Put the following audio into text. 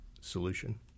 solution